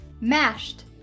Mashed